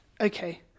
okay